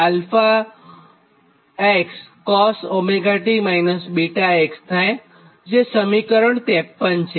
e 𝛼x cos 𝜔t 𝛽x થાય જે સમીકરણ 53 છે